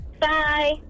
Bye